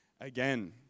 again